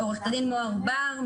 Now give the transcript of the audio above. מוהר בר,